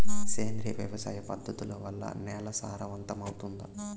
సేంద్రియ వ్యవసాయ పద్ధతుల వల్ల, నేల సారవంతమౌతుందా?